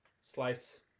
slice